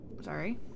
Sorry